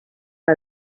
que